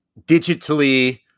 digitally